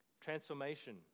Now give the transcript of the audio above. Transformation